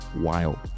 wild